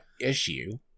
issue